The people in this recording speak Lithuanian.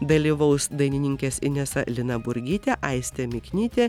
dalyvaus dainininkės inesa linaburgytė aistė miknytė